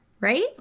right